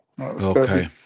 Okay